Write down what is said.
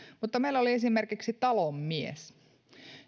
mutta meillä oli esimerkiksi talonmies